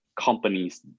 companies